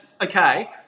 okay